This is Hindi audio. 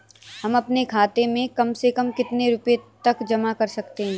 हम अपने खाते में कम से कम कितने रुपये तक जमा कर सकते हैं?